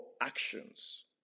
actions